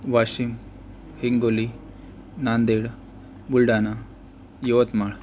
Washim Hingoli Nanded Buldhana Yavatmal